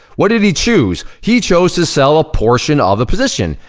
what did he choose? he chose to sell a portion of the position.